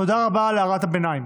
תודה רבה על הערת הביניים.